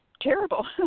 terrible